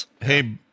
hey